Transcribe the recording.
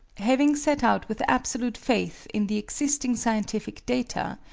having set out with absolute faith in the existing scientific data,